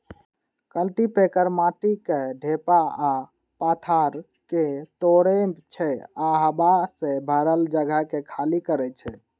cultipacker माटिक ढेपा आ पाथर कें तोड़ै छै आ हवा सं भरल जगह कें खाली करै छै